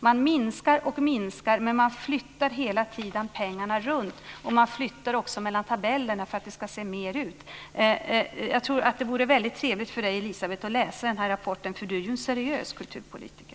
Man minskar och minskar, men man flyttar hela tiden runt pengarna. Man flyttar också mellan tabellerna för att det ska se mer ut. Jag tror att det vore väldigt trevligt för Elisabeth att läsa denna rapport, för hon är en seriös kulturpolitiker.